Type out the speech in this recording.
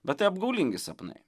bet tai apgaulingi sapnai